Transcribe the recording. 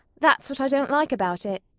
that's what i don't like about it.